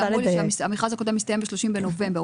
כי אמרו לי שהמכרז הקודם מסתיים ב-30 בנובמבר.